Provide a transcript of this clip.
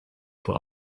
for